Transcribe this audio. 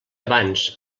abans